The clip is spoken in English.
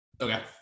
Okay